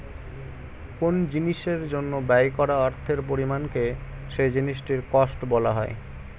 কোন জিনিসের জন্য ব্যয় করা অর্থের পরিমাণকে সেই জিনিসটির কস্ট বলা হয়